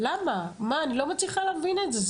אני לא מצליחה להבין את זה.